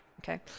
Okay